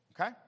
okay